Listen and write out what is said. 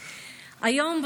היום,